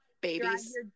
babies